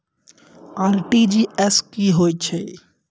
RTGS की होय छै?